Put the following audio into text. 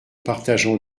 partageons